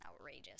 Outrageous